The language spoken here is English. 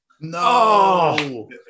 no